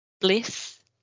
bliss